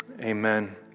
Amen